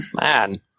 man